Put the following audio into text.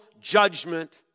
judgment